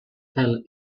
fell